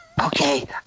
Okay